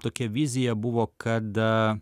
tokia vizija buvo kad